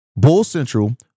BULLCENTRAL